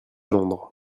londres